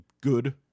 good